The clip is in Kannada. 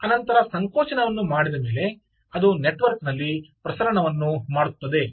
ಆನಂತರ ಸಂಕೋಚನವನ್ನು ಮಾಡಿದ ಮೇಲೆ ಅದು ನೆಟ್ವರ್ಕ್ ನಲ್ಲಿ ಪ್ರಸರಣವನ್ನು ಮಾಡುತ್ತದೆ